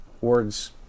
words